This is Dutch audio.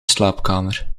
slaapkamer